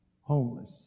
homeless